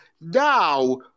now